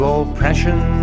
oppression